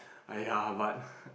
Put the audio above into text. aiya but